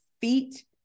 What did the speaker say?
feet